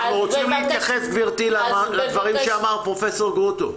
אנחנו רוצים להתייחס לדברים שאמר פרופ' גרוטו.